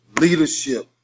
leadership